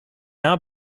now